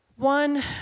One